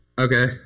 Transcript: Okay